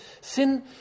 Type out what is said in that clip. sin